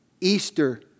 Easter